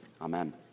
Amen